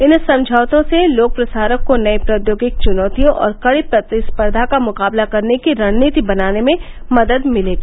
इन समझौतों से लोक प्रसारक को नई प्रौद्योगिकी चुनौतियों और कड़ी प्रतिस्पर्धा का मुकाबला करने की रणनीति बनाने में मदद मिलेगी